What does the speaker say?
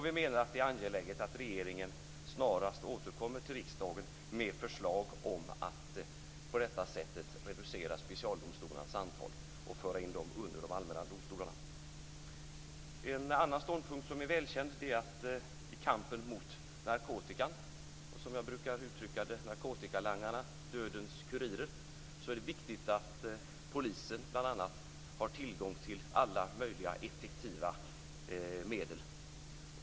Vi menar att det är angeläget att regeringen snarast återkommer till riksdagen med förslag om att på detta sätt reducera specialdomstolarnas antal och föra in dem under de allmänna domstolarna. En annan ståndpunkt som är välkänd är att i kampen mot narkotikan - som jag brukar uttrycka det: narkotikalangarna, dödens kurirer - är det viktigt att polisen bl.a. har tillgång till alla möjliga effektiva medel.